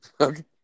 Okay